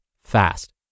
fast